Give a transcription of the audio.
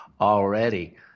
already